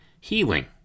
healing